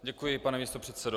Děkuji, pane místopředsedo.